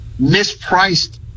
mispriced